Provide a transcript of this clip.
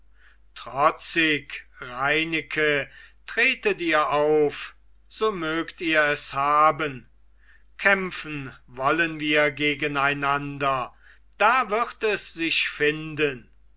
trotzig reineke tretet ihr auf so mögt ihr es haben kämpfen wollen wir gegeneinander da wird es sich finden